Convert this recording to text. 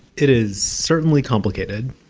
it is certainly complicated.